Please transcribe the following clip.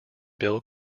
bill